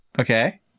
Okay